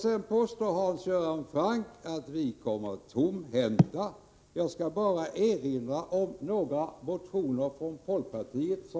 Sedan påstår Hans Göran Franck att vi kommer tomhänta. Jag skall bara erinra om några motioner som väckts från folkpartiet